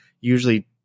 usually